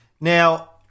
Now